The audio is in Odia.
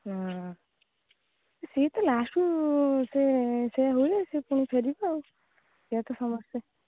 ହଁ ସିଏ ତ ଲାଷ୍ଟ ସେ ହୁଏ ସେ ପୁଣି ଫେରିବ ଆଉ ସେ ତ ସମସ୍ତେ